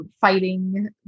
fighting